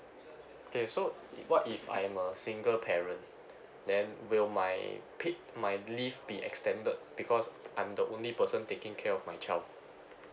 okay so what if I'm a single parent then will my paid my leave be extended because I'm the only person taking care of my child